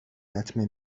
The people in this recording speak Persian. لطمه